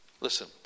listen